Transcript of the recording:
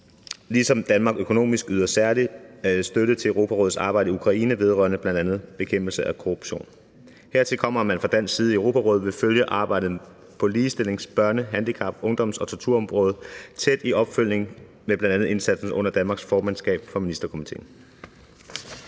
ligesom Danmark økonomisk yder særlig støtte til Europarådets arbejde i Ukraine vedrørende bl.a. bekæmpelse af korruption. Hertil kommer, at man fra dansk side i Europarådet vil følge arbejdet på ligestillings-, børne-, handicap-, ungdoms- og torturområdet tæt i opfølgning på bl.a. indsatsen under Danmarks formandskab for Ministerkomiteen.